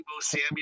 Samuel